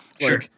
Sure